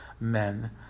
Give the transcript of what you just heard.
men